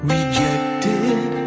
Rejected